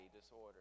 disorder